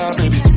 baby